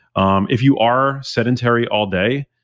um if you are sedentary all day,